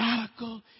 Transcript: radical